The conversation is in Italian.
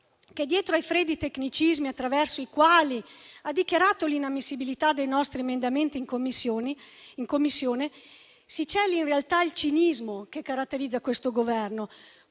che dietro ai freddi tecnicismi attraverso i quali ha dichiarato l'inammissibilità dei nostri emendamenti in Commissione, si celi in realtà il cinismo che caratterizza questo Governo.